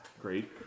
great